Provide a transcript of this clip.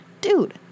dude